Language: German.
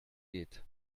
geht